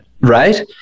right